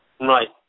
Right